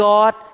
God